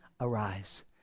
Arise